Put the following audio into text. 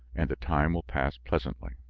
and the time will pass pleasantly.